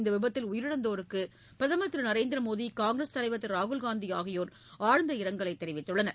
இந்த விபத்தில் உயிரிழந்தோருக்கு பிரதமர் காங்கிரஸ் தலைவர் திரு ராகுல்காந்தி ஆகியோர் ஆழ்ந்த இரங்கல் தெரிவித்துள்ளனர்